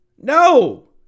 No